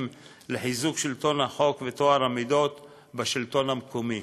לחיזוק שלטון החוק וטוהר המידות בשלטון המקומי.